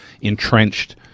entrenched